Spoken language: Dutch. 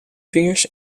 vingers